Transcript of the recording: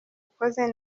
ukoze